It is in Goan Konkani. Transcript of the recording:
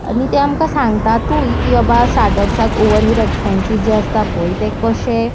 आनी ते आमकां सांगतातूय की बाबा स्टाटअप्साक ओवरहेड एक्सपॅन्सीस जे आसता पय ते कशे